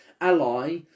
ally